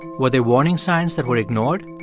were there warning signs that were ignored?